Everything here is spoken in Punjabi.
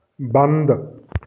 ਬੰਦ